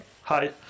hi